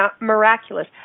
miraculous